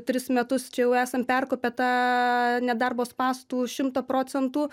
tris metus čia jau esam perkopę tą nedarbo spąstų šimtą procentų